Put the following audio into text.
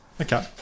Okay